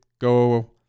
go